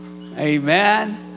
amen